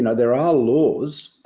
and there are laws,